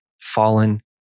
fallen